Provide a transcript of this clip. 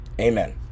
Amen